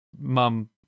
mum